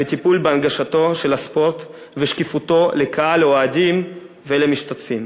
וטיפול בהנגשתו של הספורט ושקיפותו לקהל האוהדים ולמשתתפים.